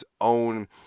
own